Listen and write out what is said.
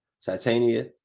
Titania